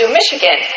Michigan